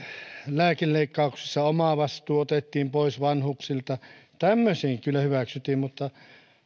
lääkeleikkauksissa omavastuu otettiin pois vanhuksilta tämmöisiä kyllä hyväksyttiin mutta